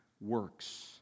works